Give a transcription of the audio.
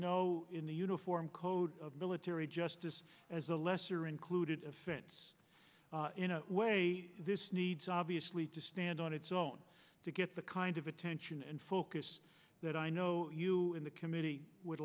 know in the uniform code of military justice as a lesser included offense in a way this needs obviously to stand on its own to get the kind of attention and focus that i know you in the committee would